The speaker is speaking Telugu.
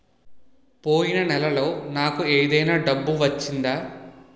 పోయిన నెలలో నాకు ఏదైనా డబ్బు వచ్చిందా?